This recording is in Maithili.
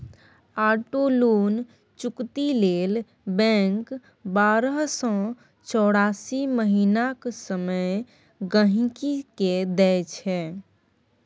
आटो लोन चुकती लेल बैंक बारह सँ चौरासी महीनाक समय गांहिकी केँ दैत छै